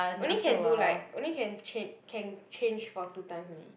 only can do like only can chang~ can change for two times only